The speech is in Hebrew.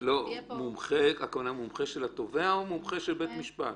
מומחה של התובע, או מומחה של בית משפט?